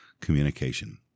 communication